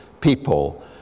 people